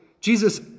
Jesus